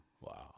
Wow